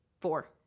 Four